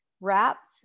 wrapped